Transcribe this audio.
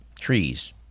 trees